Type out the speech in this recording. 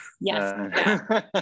yes